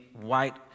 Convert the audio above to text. white